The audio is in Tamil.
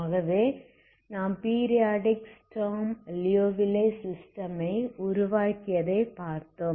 ஆகவே நாம் பீரியாடிக் ஸ்டர்ம் லியோவிலே சிஸ்டமை உருவாக்கியதை பார்த்தோம்